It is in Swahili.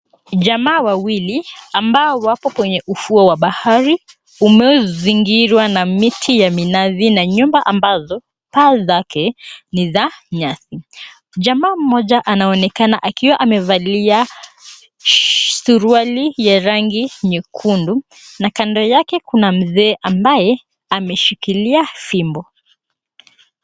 Jamaa wawili ambao wapo kwenye ufuo wa bahari, umezingirwa na miti ya minazi na nyumba ambazo paa zake ni za nyasi. Jamaa mmoja anaonekana akiwa amevalia suruali ya rangi nyekundu na kando yake kuna mzee ambaye ameshikilia fimbo.